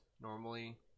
normally